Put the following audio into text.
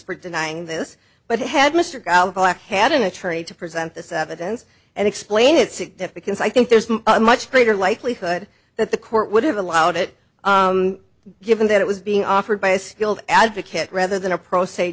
for denying this but had mr black had an attorney to present this evidence and explain its significance i think there's a much greater likelihood that the court would have allowed it given that it was being offered by a skilled advocate rather than a pro s